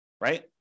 right